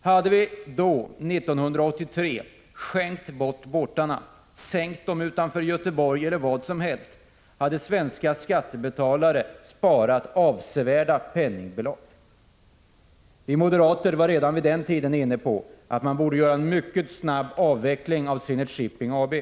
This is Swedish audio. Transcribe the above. Hade vi då, 1983, skänkt bort båtarna, sänkt dem utanför Göteborg eller var som helst, hade svenska skattebetalare sparat avsevärda penningbelopp. Vi moderater var redan vid den tiden inne på att man borde göra en mycket snabb avveckling av Zenit Shipping AB.